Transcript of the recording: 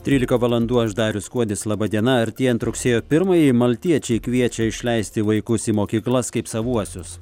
trylika valandų aš darius kuodis laba diena artėjant rugsėjo pirmajai maltiečiai kviečia išleisti vaikus į mokyklas kaip savuosius